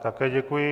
Také děkuji.